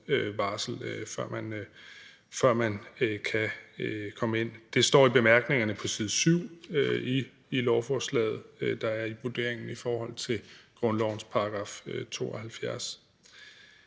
Det står i bemærkningerne på side 7 i lovforslaget, altså at det er vurderingen i forhold til grundlovens § 72.